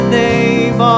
name